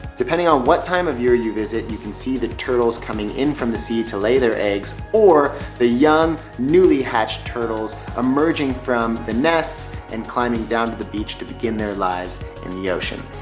depending on what time of year you visit you can see the turtles coming in from the sea to lay their eggs or the young newly hatched turtles emerging from the nests and climbing down to the beach to begin their lives in the ocean.